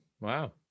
Wow